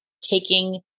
taking